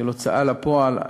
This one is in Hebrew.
ההוצאה לפועל,